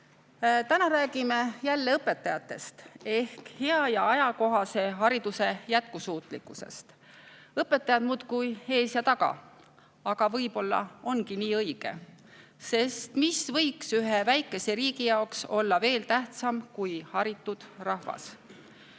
Täna räägime jälle õpetajatest ehk hea ja ajakohase hariduse jätkusuutlikkusest. Õpetajad muudkui ees ja taga! Aga võib-olla ongi nii õige, sest mis võiks ühe väikese riigi jaoks olla veel tähtsam kui haritud rahvas.